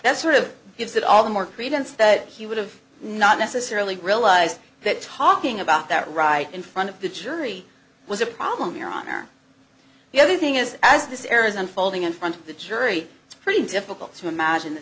that sort of gives it all the more credence that he would have not necessarily realized that talking about that right in front of the jury as a problem your honor the other thing is as this error is unfolding in front of the jury it's pretty difficult to imagine